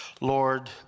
Lord